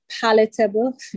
palatable